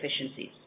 efficiencies